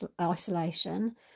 isolation